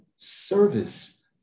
service